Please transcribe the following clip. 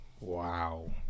Wow